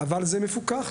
זה מפוקח.